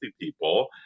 people